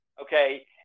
Okay